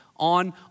on